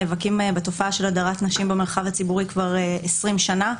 נאבקים בתופעה של הדרת נשים במרחב הציבורי כבר 20 שנה.